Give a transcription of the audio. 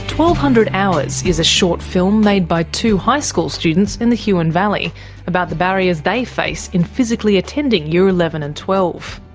hundred hours is a short film made by two high school students in the huon valley about the barriers they face in physically attending year eleven and twelve.